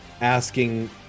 asking